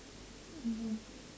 ya